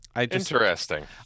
Interesting